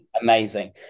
Amazing